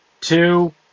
two